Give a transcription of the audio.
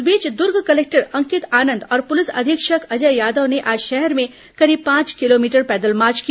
इस बीच दूर्ग कलेक्टर अंकित आनंद और पुलिस अधीक्षक अजय यादव ने आज शहर में करीब पांच किलोमीटर पैदल मार्च किया